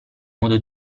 modo